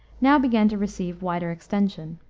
now began to receive wider extension.